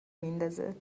میندازه